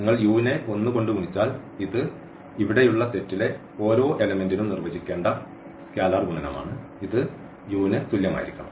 നിങ്ങൾ u നെ 1 കൊണ്ട് ഗുണിച്ചാൽ ഇത് ഇവിടെയുള്ള സെറ്റിലെ ഓരോ എലെമെന്റിനും നിർവചിക്കേണ്ട സ്കെയിലർ ഗുണനമാണ് ഇത് u ന് തുല്യമായിരിക്കണം